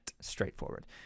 straightforward